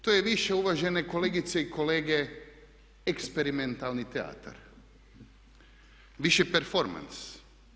To je više uvažene kolegice i kolege eksperimentalni teatar, više performans.